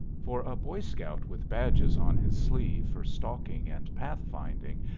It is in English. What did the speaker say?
for a boy scout with badges on his sleeve for stalking and path-finding,